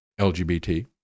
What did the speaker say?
LGBT